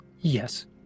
Yes